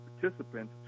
participants